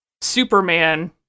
Superman